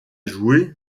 joué